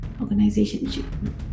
organization